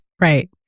Right